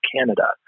Canada